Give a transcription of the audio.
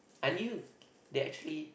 I knew they actually